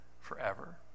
forever